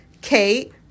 Kate